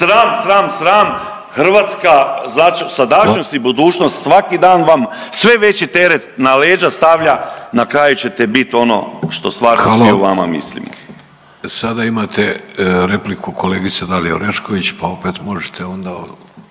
Sram, sram, sram. Hrvatska sadašnjost i budućnost svaki dan vam sve veći teret na leđa stavlja na kraju ćete biti ono što stvarno svi o vama mislimo. **Vidović, Davorko (Socijaldemokrati)** Hvala. Sada imate repliku kolegice Dalije Orešković pa opet možete onda